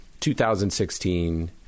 2016